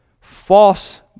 false